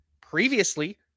Previously